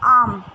ஆம்